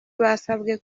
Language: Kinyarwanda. basabwe